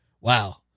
Wow